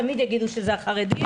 תמיד יגידו שזה החרדים,